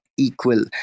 Equal